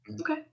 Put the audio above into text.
Okay